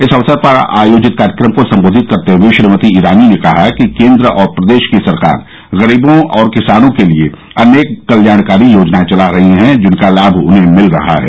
इस अवसर पर आयोजित कार्यक्रम को संबोधित करते हुए श्रीमती ईरानी ने कहा कि केन्द्र और प्रदेश की सरकार गरीवों और किसानों के लिये अनेक कल्याणकारी योजनाए चला रही है जिसका लाम उन्हे मिल रहा है